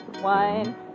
one